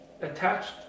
attached